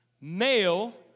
male